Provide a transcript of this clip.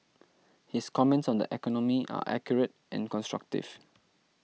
his comments on the economy are accurate and constructive